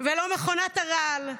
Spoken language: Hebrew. לא מכונת הרעל,